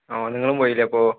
നിങ്ങളും പോയില്ലേയപ്പോൾ